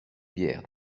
bières